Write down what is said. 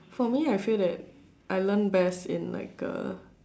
for me I feel that I learn best in like uh